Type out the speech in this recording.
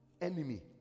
enemy